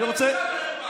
מי בחר בו?